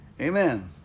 Amen